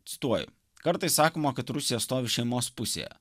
cituoju kartais sakoma kad rusija stovi šeimos pusėje